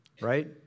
right